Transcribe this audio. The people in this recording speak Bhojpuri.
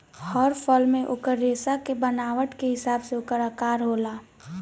हर फल मे ओकर रेसा के बनावट के हिसाब से ओकर आकर होला